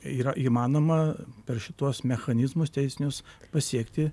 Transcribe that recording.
yra įmanoma per šituos mechanizmus teisnius pasiekti